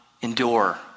endure